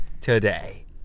today